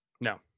No